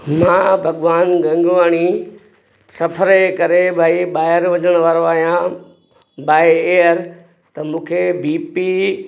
मां भगवान गंगवाणी सफ़र जे करे भई ॿाहिरि वञणु वारो आहियां बाय एयर त मूंखे बी पी